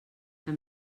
amb